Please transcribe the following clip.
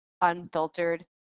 unfiltered